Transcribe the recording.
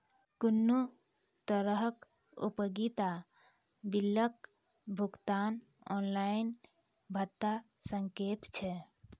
कुनू तरहक उपयोगिता बिलक भुगतान ऑनलाइन भऽ सकैत छै?